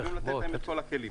חייבים לתת להם את כל הכלים.